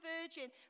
virgin